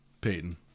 Peyton